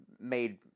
made